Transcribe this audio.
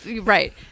right